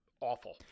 awful